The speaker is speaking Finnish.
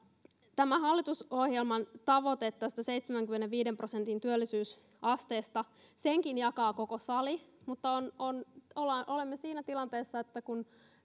myös hallitusohjelman tavoitteen tästä seitsemänkymmenenviiden prosentin työllisyysasteesta jakaa koko sali mutta olemme siinä tilanteessa että kun